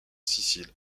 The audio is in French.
sicile